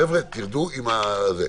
חבר'ה, תרדו עם זה.